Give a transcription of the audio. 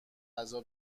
غذا